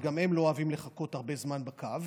וגם הם לא אוהבים לחכות הרבה זמן בקו,